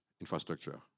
infrastructure